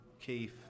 Keith